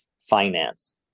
finance